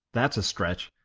that's a stretch!